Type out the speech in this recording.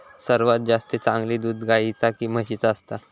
सर्वात जास्ती चांगला दूध गाईचा की म्हशीचा असता?